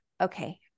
okay